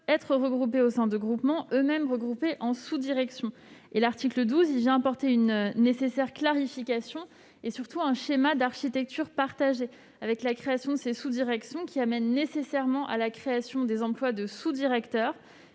être regroupés au sein de groupements, eux-mêmes regroupés en sous-directions. L'article 12 vient apporter une nécessaire clarification et, surtout, un schéma d'architecture partagé, avec la création de ces sous-directions, qui amène nécessairement à la création des emplois de sous-directeur